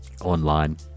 online